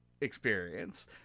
experience